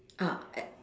ah a~